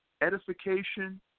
edification